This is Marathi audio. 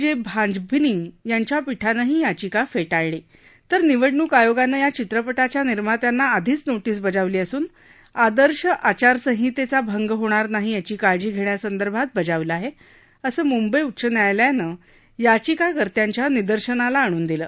ज आंभनी यांच्या पीठानं ही याचिका फ्ट्राळली तर निवडणूक आयोगानं या चित्रपटाच्या निर्मात्यांना आधीच नोटीस बाजावली असून आदर्श आचारसंहित्या भंग होणार नाही याची काळजी घष्वासंदर्भात बजावलं आहा असं मुंबई उच्च न्यायालयानं याचिकाकर्त्याच्या निदर्शनाला आणून दिलं